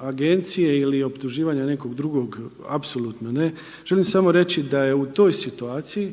agencije ili optuživanja nekog drugog apsolutno ne. Želim samo reći da je u toj situaciji